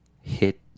hit